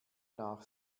nach